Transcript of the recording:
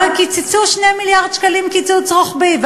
הרי קיצצו 2 מיליארד שקלים קיצוץ רוחבי,